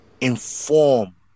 inform